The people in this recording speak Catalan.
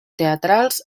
teatrals